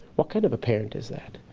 what kind of a parent is that?